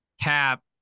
cap